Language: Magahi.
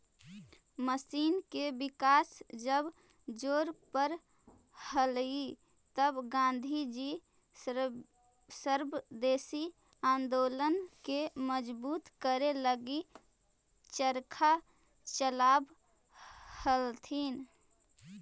मशीन के विकास जब जोर पर हलई तब गाँधीजी स्वदेशी आंदोलन के मजबूत करे लगी चरखा चलावऽ हलथिन